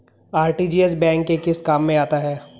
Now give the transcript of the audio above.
RTGS bank के किस काम में आता है?